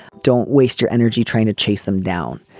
don't waste your energy trying to chase them down.